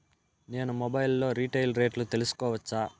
నేను మొబైల్ లో రీటైల్ రేట్లు తెలుసుకోవచ్చా?